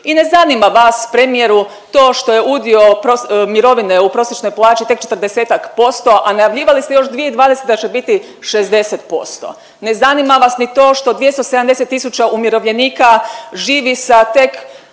I ne zanima vas premijeru to što je udio mirovine u prosječnoj plaći tek četrdesetak posto, a najavljivali ste još 2020. da će biti 60%, ne zanima vas ni to što 270 tisuća umirovljenika živi sa tek